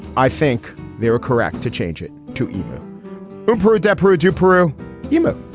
i think they were correct to change it to. improve dep road to peru imo.